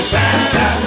Santa